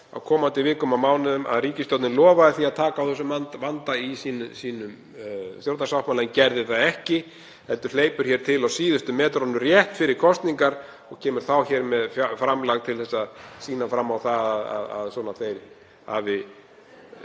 á komandi vikum og mánuðum að ríkisstjórnin lofaði því að taka á þessum vanda í stjórnarsáttmála en gerði það ekki heldur hleypur til á síðustu metrunum rétt fyrir kosningar og kemur þá með framlag til að sýna fram á að hún hafi